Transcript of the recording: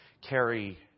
carry